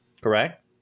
Correct